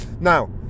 Now